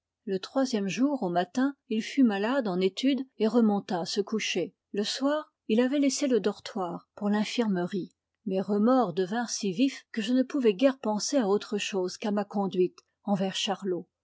le troisième jour au matin il fut malade en étude et remonta se coucher le soir il avait laissé le dortoir pour l'infirmerie mes remords devinrent si vifs que je ne pouvais guère penser à autre chose qu'à ma conduite envers charlot